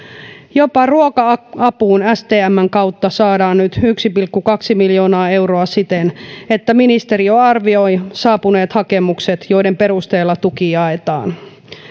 jopa ruoka apuun stmn kautta saadaan nyt yksi pilkku kaksi miljoonaa euroa siten että ministeriö arvioi saapuneet hakemukset joiden perusteella tuki jaetaan